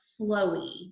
flowy